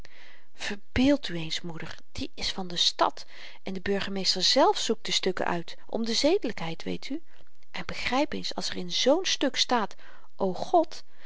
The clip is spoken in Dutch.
u eens moeder die is van de stad en de burgemeester zelf zoekt de stukken uit om de zedelykheid weet u en begryp eens als er in zoo'n stuk staat o god